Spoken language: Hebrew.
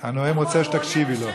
הנואם רוצה שתקשיבי לו.